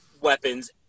weapons